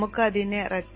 നമുക്ക് അതിനെ rectifier